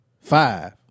Five